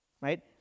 right